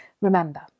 Remember